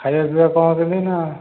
ଖାଇବା ପିଇବା କ'ଣ ଦେବି ନା